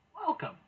welcome